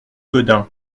gaudin